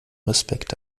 respekt